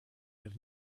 have